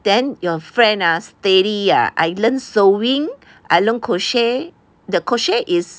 then your friend ah steady ah I learned sewing I learned crochet the crochet is